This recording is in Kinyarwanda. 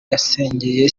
yasengeye